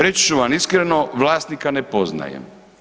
Reći ću vam iskreno, vlasnika ne poznajem.